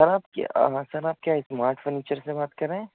سر آپ کی آواز سر آپ کیا اسمارٹ فرنیچر سے بات کر رہے ہیں